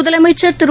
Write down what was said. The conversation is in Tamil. முதலமைச்சள் திரு